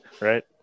right